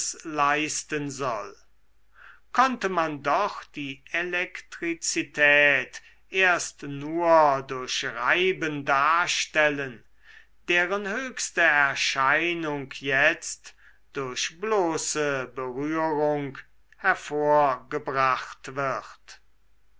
leisten soll konnte man doch die elektrizität erst nur durch reiben darstellen deren höchste erscheinung jetzt durch bloße berührung hervorgebracht wird